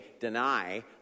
deny